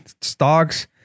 stocks